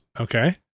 Okay